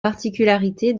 particularité